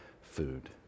food